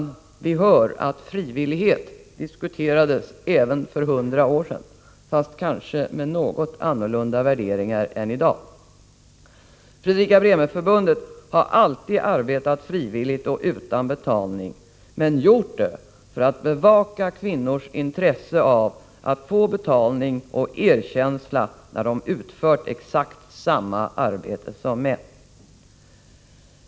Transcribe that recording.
Vi hör att frivillighet diskuterades även för hundra år sedan, fast då kanske med något annorlunda värderingar än i dag. Fredrika-Bremer Förbundet har alltid arbetat frivilligt och utan betalning, och förbundet har gjort det för att bevaka kvinnors intresse av att få betalning och erkänsla när de utfört exakt samma arbete som män.